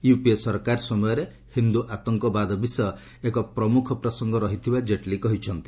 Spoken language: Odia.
ୟୁପିଏ ସରକାର ସମୟରେ ହିନ୍ଦୁ ଆତଙ୍କବାଦ ବିଷୟ ଏକ ପ୍ରମୁଖ ପ୍ରସଙ୍ଗ ରହିଥିବା ଜେଟ୍ଲୀ କହିଛନ୍ତି